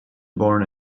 born